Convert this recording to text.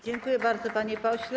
Dziękuję bardzo, panie pośle.